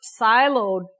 siloed